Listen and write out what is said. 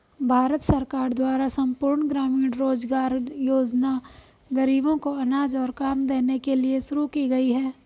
भारत सरकार द्वारा संपूर्ण ग्रामीण रोजगार योजना ग़रीबों को अनाज और काम देने के लिए शुरू की गई है